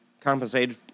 compensated